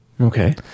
Okay